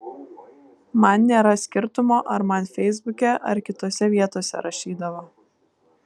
man nėra skirtumo ar man feisbuke ar kitose vietose rašydavo